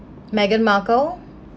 meghan markle